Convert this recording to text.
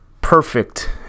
perfect